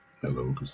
Hello